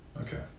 Okay